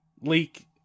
leak